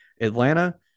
Atlanta